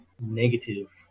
negative